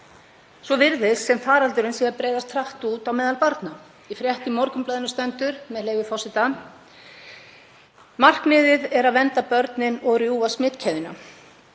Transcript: Svo virðist sem faraldurinn sé að breiðast hratt út á meðal barna. Í frétt í Morgunblaðinu stendur, með leyfi forseta: „Markmiðið er að vernda börnin og rjúfa smitkeðjuna.